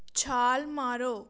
ਛਾਲ ਮਾਰੋ